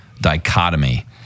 dichotomy